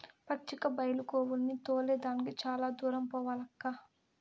పచ్చిక బైలు గోవుల్ని తోలే దానికి చాలా దూరం పోవాలక్కా